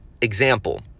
Example